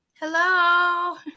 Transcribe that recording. Hello